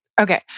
Okay